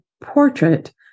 portrait